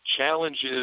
challenges